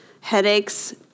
headaches